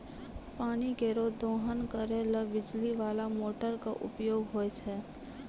पानी केरो दोहन करै ल बिजली बाला मोटर क उपयोग होय छै